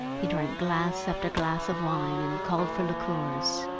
he drank glass after glass of wine and called for liqueurs.